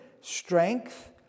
strength